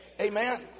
Amen